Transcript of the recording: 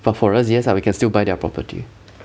but for us yes ah we can still buy their property